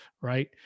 right